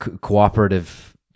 cooperative